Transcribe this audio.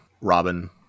robin